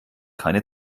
keine